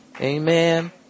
Amen